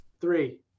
three